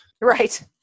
Right